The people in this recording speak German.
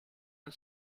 und